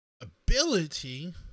ability